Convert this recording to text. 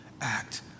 act